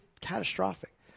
catastrophic